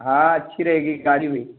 ہاں ہاں اچھی رہے گی گاڑی بھی